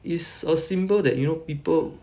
is a symbol that you know people